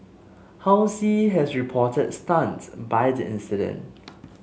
Halsey has reportedly stunned by the incident